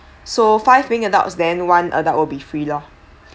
so five paying adults then one that will be free loh